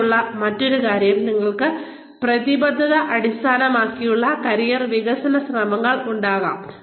ഇവിടെ ഉള്ള മറ്റൊരു കാര്യം നിങ്ങൾക്ക് പ്രതിബദ്ധത അടിസ്ഥാനമാക്കിയുള്ള കരിയർ വികസന ശ്രമങ്ങൾ ഉണ്ടായിരിക്കാം